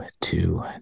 two